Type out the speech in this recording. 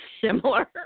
similar